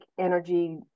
energy